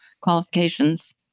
qualifications